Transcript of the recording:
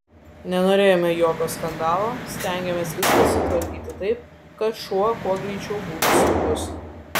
nenorėjome jokio skandalo stengėmės viską sutvarkyti taip kad šuo kuo greičiau būtų saugus